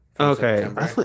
Okay